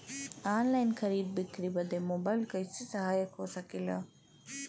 Online खरीद बिक्री बदे मोबाइल कइसे सहायक हो सकेला?